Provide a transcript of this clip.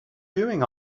doing